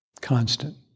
constant